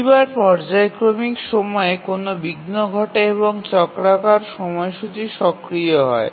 প্রতিবার পর্যায়ক্রমিক সময়ে কোনও বিঘ্ন ঘটে এবং চক্রাকার সময়সূচী সক্রিয় হয়